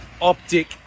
Optic